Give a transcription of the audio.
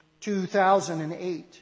2008